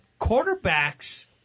quarterbacks